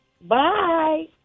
Bye